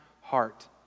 heart